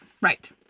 right